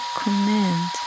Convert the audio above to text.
command